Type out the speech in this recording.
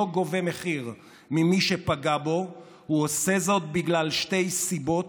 גובה מחיר ממי שפגע בו עושה זאת בגלל שתי סיבות: